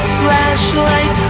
flashlight